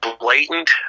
blatant